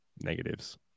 negatives